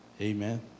Amen